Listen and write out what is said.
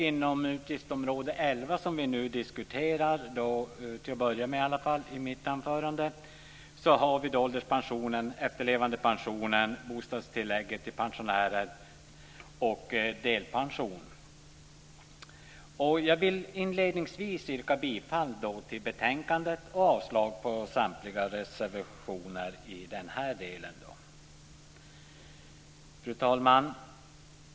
Inom utgiftsområde 11 som vi nu diskuterar, till att börja med i alla fall, tas ålderspension, efterlevandepension, bostadstillägg till pensionärer och delpension upp. Jag vill inledningsvis yrka bifall till hemställan i betänkandet och avslag på reservationerna. Fru talman!